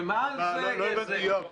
ומעל זה יש זה.